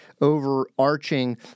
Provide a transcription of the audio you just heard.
overarching